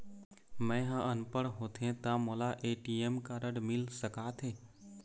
मैं ह अनपढ़ होथे ता मोला ए.टी.एम कारड मिल सका थे?